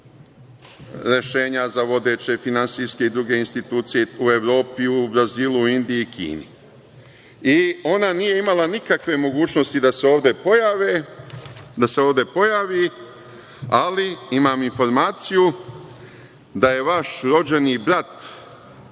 rešenja za vodeće finansijske i druge institucije u Evropi, u Brazilu, Indiji i Kini. Ona nije imala nikakve mogućnosti da se ovde pojavi, ali imam informaciju da je vaš rođeni brat